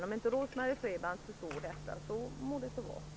Om inte Rose-Marie Frebran förstår detta må det så vara.